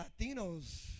Latinos